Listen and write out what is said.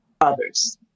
others